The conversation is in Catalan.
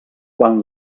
quan